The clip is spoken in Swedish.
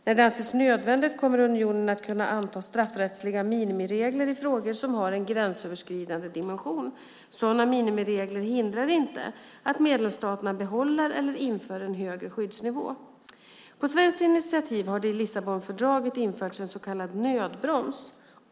När det anses nödvändigt kommer unionen att kunna anta straffrättsliga minimiregler i frågor som har en gränsöverskridande dimension. Sådana minimiregler hindrar inte att medlemsstaterna behåller eller inför en högre skyddsnivå. På svenskt initiativ har det i Lissabonfördraget införts en så kallad nödbroms.